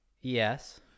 Yes